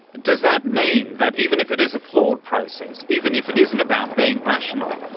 does that mean that even if it is a flawed process, even if it isn't about being rational,